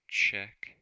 check